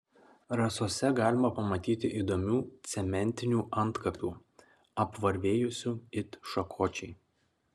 rasose galima pamatyti įdomių cementinių antkapių apvarvėjusių it šakočiai